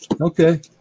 Okay